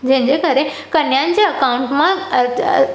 जंहिंजे करे कन्याउनि जे अकाउंट मां